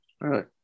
Right